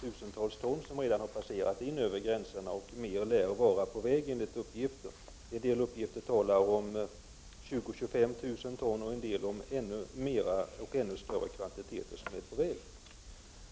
Tusentals ton har faktiskt redan passerat in över gränserna. Enligt uppgifter lär mer vara på väg. En del uppgifter talar om 20 000-25 000 ton och t.o.m. om ännu större kvantiteter.